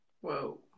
Whoa